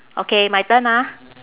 okay my turn ah